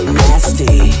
nasty